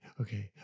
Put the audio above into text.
okay